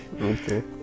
Okay